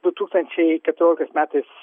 du tūkstančiai keturioliktais metais